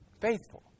Faithful